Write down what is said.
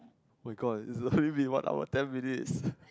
my-god is only been one hour ten minutes